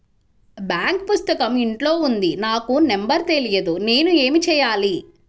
Bank పుస్తకం ఇంట్లో ఉంది నాకు నంబర్ తెలియదు నేను ఏమి చెయ్యాలి?